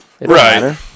right